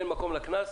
אין מקום לקנס,